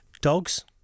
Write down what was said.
Dogs